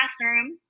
classroom